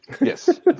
Yes